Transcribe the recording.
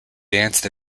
danced